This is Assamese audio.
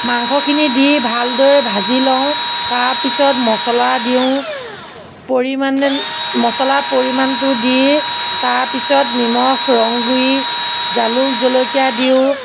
মাংসখিনি দি ভালদৰে ভাজি লওঁ তাৰপিছত মছলা দিওঁ মছলাৰ পৰিমাণটো দি তাৰপিছত নিমখ ৰংগুড়ি জালুক জলকীয়া দিওঁ